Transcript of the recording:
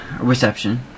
Reception